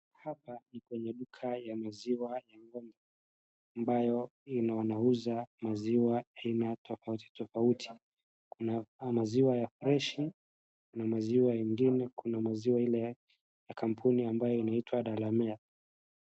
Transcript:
Hapa ni kwnye duka ya maziwa ambayo wanauza maziwa aina tofauti tofauti kuna maziwa ya freshi , kuna maziwa ingine kuna maziwa ile ya kampuni ambayo inaitwa Delamere.